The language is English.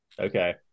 Okay